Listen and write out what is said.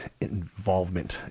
involvement